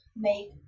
make